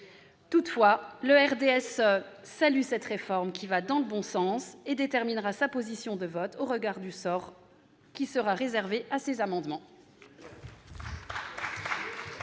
Toutefois, le RDSE salue cette réforme, qui va dans le bons sens, et déterminera sa position de vote au regard du sort qui sera réservé à ses amendements.